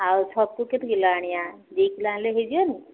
ଆଉ ଛତୁ କେତେ କିଲୋ ଆଣିିବା ଦୁଇ କିଲୋ ଆଣିଲେ ହେଇଯିବନି